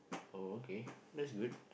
oh okay that's good